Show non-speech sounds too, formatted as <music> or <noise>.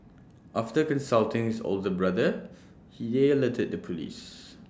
after consulting his older brother he alerted the Police <noise>